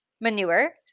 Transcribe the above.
manure